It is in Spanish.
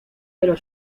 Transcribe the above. pero